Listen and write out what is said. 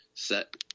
set